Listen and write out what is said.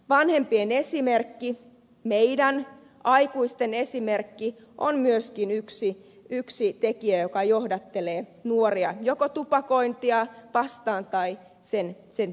vanhempien esimerkki meidän aikuisten esimerkki on myöskin yksi tekijä joka johdattelee nuoria joko tupakointia vastaan tai sen tielle